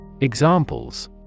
Examples